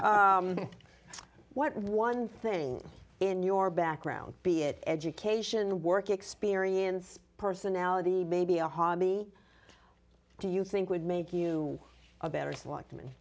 what one thing in your background be it education work experience personality maybe a hobby do you think would make you a better it's like t